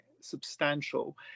substantial